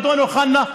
אדון אוחנה,